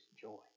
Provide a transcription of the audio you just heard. joy